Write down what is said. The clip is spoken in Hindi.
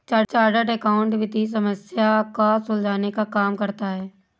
चार्टर्ड अकाउंटेंट वित्तीय समस्या को सुलझाने का काम करता है